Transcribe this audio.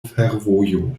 fervojo